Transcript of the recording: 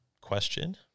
question